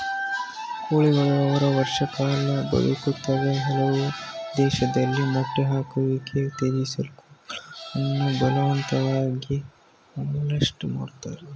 ಕೋಳಿಗಳು ಆರು ವರ್ಷ ಕಾಲ ಬದುಕ್ತವೆ ಕೆಲವು ದೇಶದಲ್ಲಿ ಮೊಟ್ಟೆ ಹಾಕುವಿಕೆನ ಉತ್ತೇಜಿಸಲು ಕೋಳಿಗಳನ್ನು ಬಲವಂತವಾಗಿ ಮೌಲ್ಟ್ ಮಾಡ್ತರೆ